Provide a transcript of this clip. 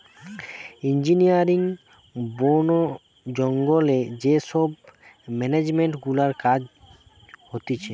engineering, বোন জঙ্গলে যে সব মেনেজমেন্ট গুলার কাজ হতিছে